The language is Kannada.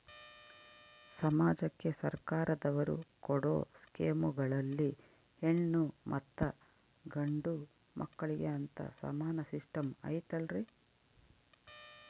ಸಮಾಜಕ್ಕೆ ಸರ್ಕಾರದವರು ಕೊಡೊ ಸ್ಕೇಮುಗಳಲ್ಲಿ ಹೆಣ್ಣು ಮತ್ತಾ ಗಂಡು ಮಕ್ಕಳಿಗೆ ಅಂತಾ ಸಮಾನ ಸಿಸ್ಟಮ್ ಐತಲ್ರಿ?